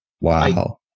Wow